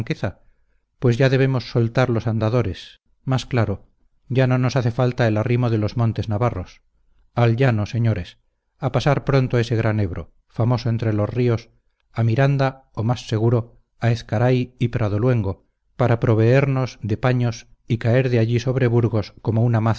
pues ya debemos soltar los andadores más claro ya no nos hace falta el arrimo de los montes navarros al llano señores a pasar pronto ese gran ebro famoso entre los ríos a miranda o más seguro a ezcaray y pradoluengo para proveemos de paños y caer de allí sobre burgos como la